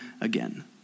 again